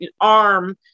arm